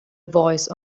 voice